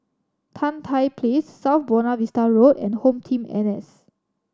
Tan Tye Place South Buona Vista Road and HomeTeam N S